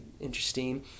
interesting